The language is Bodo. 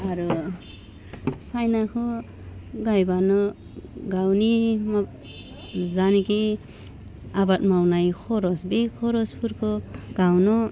आरो साइनाखौ गायबानो गावनि मा जायनोखि आबाद मावनाय खर'स बे खर'सफोरखौ गावनो